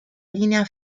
linea